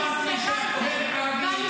את אמרת לי שאת אוהבת ערבים,